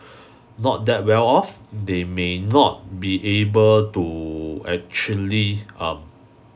not that well off they may not be able to actually um